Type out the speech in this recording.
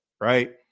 right